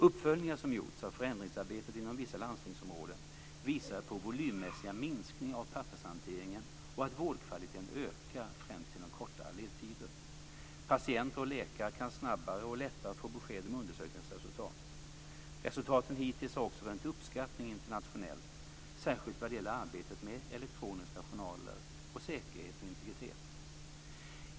Uppföljningar som gjorts av förändringsarbetet inom vissa landstingsområden visar på volymmässiga minskningar av pappershanteringen och att vårdkvaliteten ökar, främst genom kortare ledtider. Patienter och läkare kan snabbare och lättare få besked om undersökningsresultat. Resultaten hittills har också rönt uppskattning internationellt, särskilt vad gäller arbetet med elektroniska journaler och säkerhet och integritet.